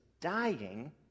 dying